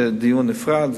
זה דיון נפרד,